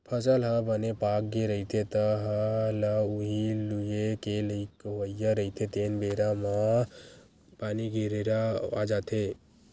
फसल ह बने पाकगे रहिथे, तह ल उही लूए के लइक होवइया रहिथे तेने बेरा म पानी, गरेरा आ जाथे